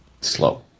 slow